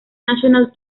national